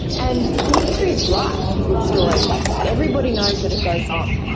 and the industry is rife with stories like that. everybody knows that it goes on,